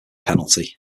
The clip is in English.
penalty